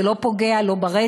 זה לא פוגע, לא ברצף,